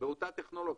באותה טכנולוגיה.